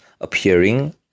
appearing